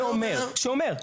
שאומר,